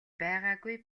байгаагүй